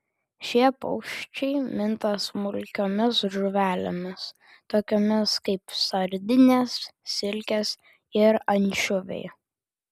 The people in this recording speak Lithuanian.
šie paukščiai minta smulkiomis žuvelėmis tokiomis kaip sardinės silkės ir ančiuviai